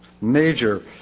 major